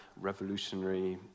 revolutionary